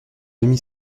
demi